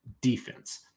defense